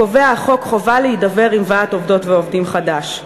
החוק קובע חובה להידבר עם ועד עובדות ועובדים חדש.